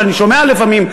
שאני שומע לפעמים,